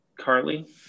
Carly